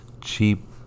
cheap